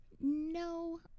no